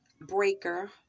Breaker